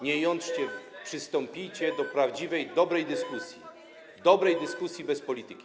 Nie jątrzcie, przystąpcie do prawdziwej, dobrej dyskusji, dobrej dyskusji bez polityki.